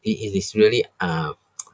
it it is really uh